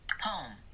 home